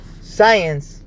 science